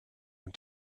and